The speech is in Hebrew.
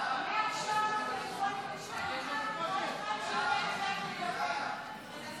ההצעה להעביר את הצעת חוק הצעת חוק תובענות ייצוגיות (תיקון